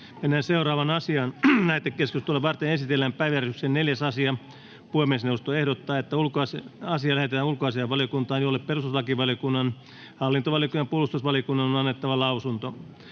käynnistettyä keskustelu. Lähetekeskustelua varten esitellään päiväjärjestyksen 4. asia. Puhemiesneuvosto ehdottaa, että asia lähetetään ulkoasiainvaliokuntaan, jolle perustuslakivaliokunnan, hallintovaliokunnan ja puolustusvaliokunnan on annettava lausunto.